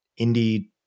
indie